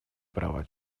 права